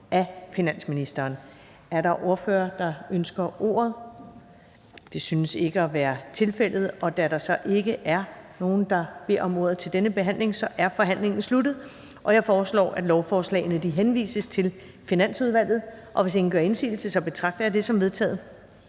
Ellemann): Er der ordførere, der ønsker ordet? Det synes ikke at være tilfældet. Da der ikke er nogen, der beder om ordet til denne behandling, er forhandlingen sluttet. Jeg foreslår, at lovforslagene henvises til Finansudvalget. Hvis ingen gør indsigelse, betragter jeg det som vedtaget.